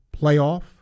playoff